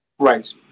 Right